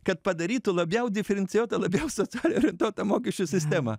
kad padarytų labiau diferencijuotą labiau socialiai orientuotą mokesčių sistemą